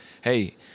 hey